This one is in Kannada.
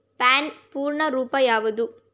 ಪ್ಯಾನ್ ಪೂರ್ಣ ರೂಪ ಯಾವುದು?